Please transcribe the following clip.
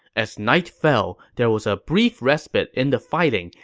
as night fell, there was a brief respite in the fighting,